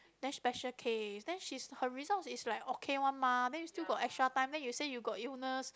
then special case then she's her results is like okay one mah then you still got extra time then you say you got illness